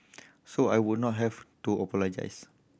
so I would not have to apologise